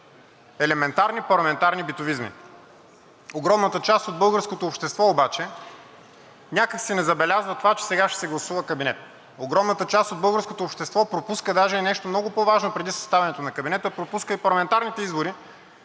елементарни парламентарни битовизми. Огромната част от българското общество обаче някак си не забелязва това, че сега ще се гласува кабинет. Огромната част от българското общество пропуска даже и нещо по-важно преди съставянето на кабинета – пропуска и парламентарните избори,